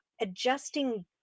Adjusting